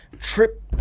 trip